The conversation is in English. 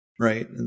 Right